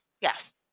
Yes